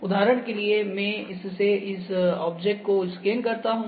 उदाहरण के लिए मैं इससे इस ऑब्जेक्ट को स्कैन करता हू